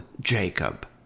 Jacob